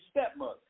stepmother